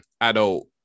adult